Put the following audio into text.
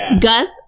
Gus